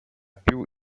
più